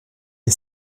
est